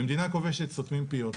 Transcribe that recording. במדינה כובשת סותמים פיות.